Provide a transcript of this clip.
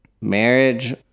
marriage